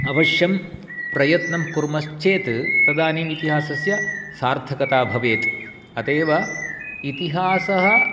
अवश्यं प्रयत्नं कुर्मश्चेत् तदानीम् इतिहासस्य सार्थकता भवेत् अतः एव इतिहासः